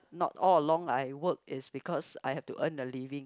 not all along I work is because I have to earn a living